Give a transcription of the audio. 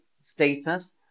status